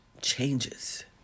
changes